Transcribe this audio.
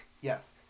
Yes